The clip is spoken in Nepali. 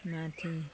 माथि